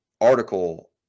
article